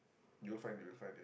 your friend find it